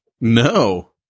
No